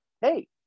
hey